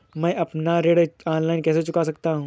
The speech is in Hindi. मैं अपना ऋण ऑनलाइन कैसे चुका सकता हूँ?